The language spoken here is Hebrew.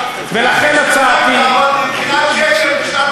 מבחינת קשר,